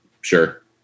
Sure